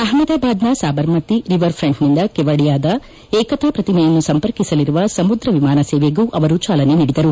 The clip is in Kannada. ಅಹಮದಾಬಾದ್ನ ಸಾಬರ್ಮತಿ ರಿವರ್ ಫ್ರಂಟ್ ನಿಂದ ಕೆವಾಡಿಯಾದ ಏಕತಾ ಪ್ರತಿಮೆಯನ್ನು ಸಂಪರ್ಕಿಸಲಿರುವ ಸಮುದ್ರ ವಿಮಾನ ಸೇವೆಗೂ ಅವರು ಜಾಲನೆ ನೀಡಿದರು